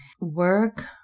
work